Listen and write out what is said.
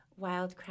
wildcraft